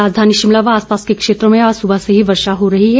राजधानी शिमला व आसपस के क्षेत्रों में भी सुबह से ही वर्षा हो रही है